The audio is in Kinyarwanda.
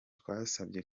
twasabye